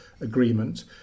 agreement